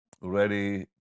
ready